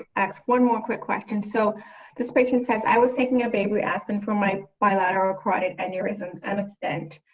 ah one more quick question so this patient says i was taking a baby aspirin for my bilateral carotid aneurysms and a stent.